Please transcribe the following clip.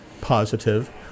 positive